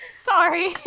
Sorry